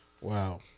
Wow